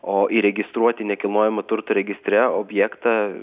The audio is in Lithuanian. o įregistruoti nekilnojamo turto registre objektą